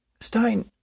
Stein